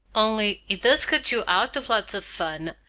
only it does cut you out of lots of fun,